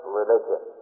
religion